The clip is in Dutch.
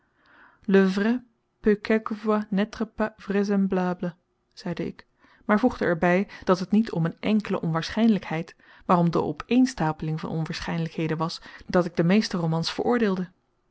zeide ik maar voegde er bij dat het niet om een enkele onwaarschijnlijkheid maar om de opeenstapeling van onwaarschijnlijkheden was dat ik de meeste romans veroordeelde